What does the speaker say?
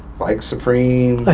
like supreme, ah